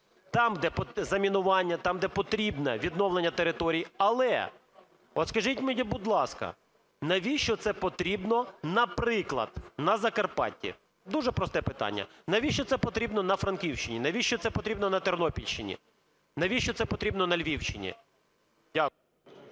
там, де замінування, там де потрібне відновлення територій. Але, от скажіть мені, будь ласка, навіщо це потрібно, наприклад, на Закарпатті? Дуже просте питання. Навіщо це потрібно на Франківщині? Навіщо це потрібно на Тернопільщині? Навіщо це потрібно на Львівщині?